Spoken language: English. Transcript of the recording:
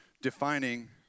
Defining